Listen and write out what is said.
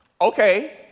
Okay